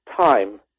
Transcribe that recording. time